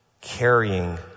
Carrying